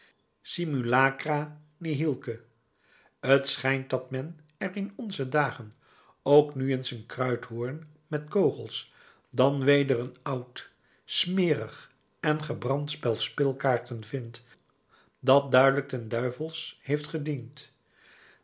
simulacra nihilque t schijnt dat men er in onze dagen ook nu eens een kruithoorn met kogels dan weder een oud smerig en gebrand spel speelkaarten vindt dat duidelijk den duivels heeft gediend